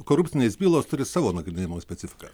korupcinės bylos turi savo nagrinėjimo specifiką